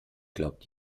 glaubt